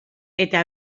eta